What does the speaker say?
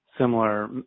similar